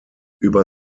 über